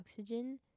oxygen